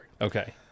Okay